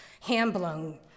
hand-blown